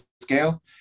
scale